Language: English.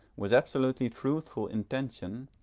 with absolutely truthful intention,